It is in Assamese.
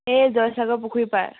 এই জয়সাগৰ পুখুৰী পাৰ